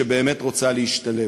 שבאמת רוצה להשתלב.